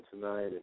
tonight